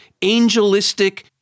angelistic